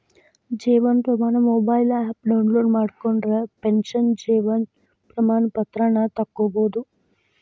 Jeevan Pramaan mobile app download ಮಾಡ್ಕೊಂಡ್ರ pension Jeevan Pramaan ಪತ್ರಾನ ತೊಕ್ಕೊಬೋದು